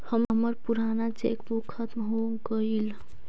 हमर पूराना cheque book खत्म हो गईल